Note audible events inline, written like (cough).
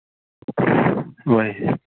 (unintelligible)